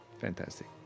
Fantastic